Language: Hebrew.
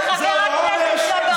חבר הכנסת ג'בארין,